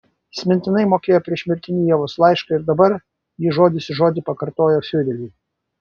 jis mintinai mokėjo priešmirtinį ievos laišką ir dabar jį žodis į žodį pakartojo fiureriui